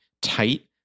tight